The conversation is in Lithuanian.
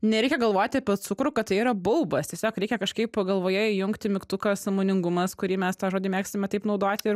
nereikia galvoti apie cukrų kad tai yra baubas tiesiog reikia kažkaip galvoje įjungti mygtuką sąmoningumas kurį mes tą žodį mėgstame kaip naudoti ir